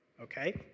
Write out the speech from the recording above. Okay